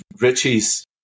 Richie's